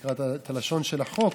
אקרא את לשון החוק: